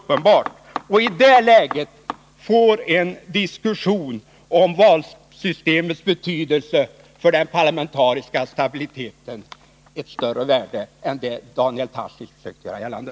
Och i det läget får en diskussion om valsystemets betydelse för den parlamentariska stabiliteten ett större värde än Daniel Tarschys försöker göra gällande.